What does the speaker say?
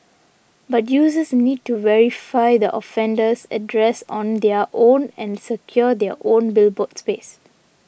but users need to verify the offender's address on their own and secure their own billboard space